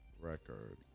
record